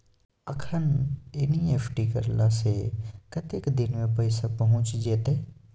अखन एन.ई.एफ.टी करला से कतेक दिन में पैसा पहुँच जेतै?